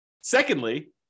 secondly